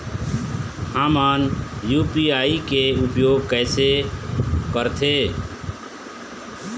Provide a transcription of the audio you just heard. हमन यू.पी.आई के उपयोग कैसे करथें?